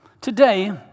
Today